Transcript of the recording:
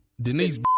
Denise